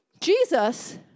Jesus